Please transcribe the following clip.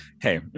hey